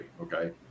okay